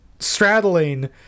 straddling